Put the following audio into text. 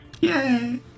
yay